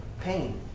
pain